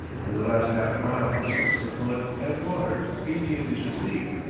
and the last half mile consists of mud and water eighteen inches deep.